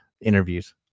interviews